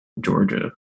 Georgia